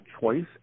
choice